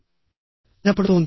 వినపడుతోంది